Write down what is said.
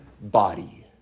body